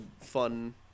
fun